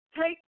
take